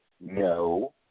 no